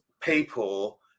people